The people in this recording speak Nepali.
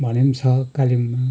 भने पनि छ कालेबुङमा